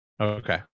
Okay